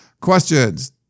Questions